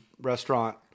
restaurant